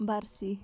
برصی